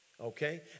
Okay